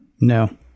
No